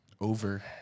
Over